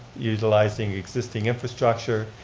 utilizing existing infrastructure.